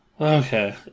Okay